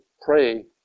pray